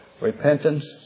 Repentance